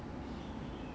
it's ah